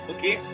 Okay